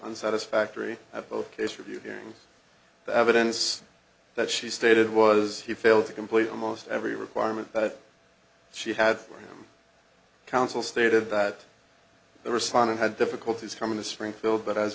on satisfactory of both case review hearing the evidence that she stated was he failed to complete almost every requirement that she had counsel stated that the respondent had difficulties coming to springfield but as